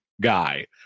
guy